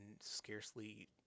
scarcely